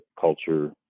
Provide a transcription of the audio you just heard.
culture